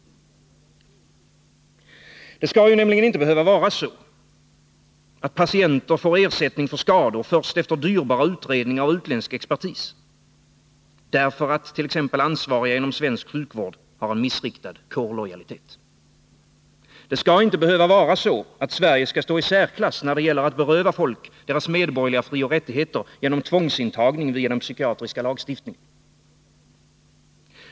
Det skall nämligen inte behöva vara så, att patienter får ersättning för skador först efter dyrbara utredningar av utländsk expertis — därför att t.ex. ansvariga inom svensk sjukvård har en missriktad kårlojalitet. Det skall inte behöva vara så, att Sverige skall stå i särklass när det gäller att beröva folk deras medborgerliga frioch rättigheter genom tvångsintagning via den psykiatriska lagstiftningen.